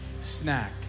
Snack